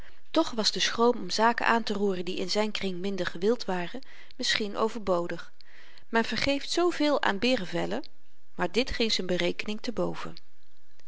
toch was de schroom om zaken aanteroeren die in zyn kring minder gewild waren misschien overbodig men vergeeft zooveel aan beerevellen maar dit ging z'n berekening te boven